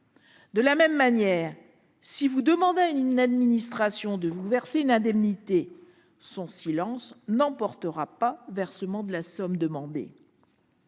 De la même manière, si vous demandez à une administration de vous verser une indemnité, son silence n'entraînera pas le versement de la somme demandée.